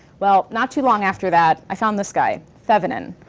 well, not too long after that, i found this guy, thevenin,